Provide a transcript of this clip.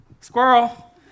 Squirrel